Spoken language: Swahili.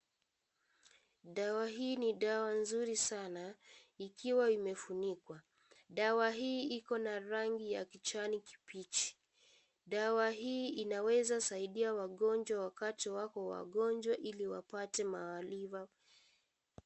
Dawa hii ni dawa nzuri sana ikiwa imefunikwa dawa hii iko na rangi ya kijani kibichi, dawa hii inaweza saidia wagonjwa wakati wako wagonjwa ili wapate maarifa.